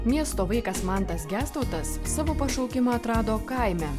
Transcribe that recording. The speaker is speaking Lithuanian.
miesto vaikas mantas gestautas savo pašaukimą atrado kaime